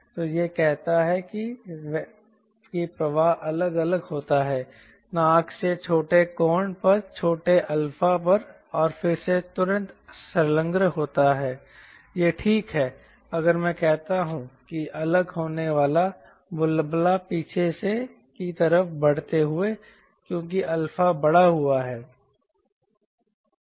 तो यह कहता है कि प्रवाह अलग अलग होता है नाक से छोटे कोण पर छोटे अल्फा पर और फिर से तुरंत संलग्न होता है यह ठीक है अगर मैं कहता हूं कि अलग होने वाला बुलबुला पीछे की तरफ बढ़ते हुए है क्योंकि अल्फा बढ़ा हुआ है